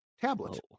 tablet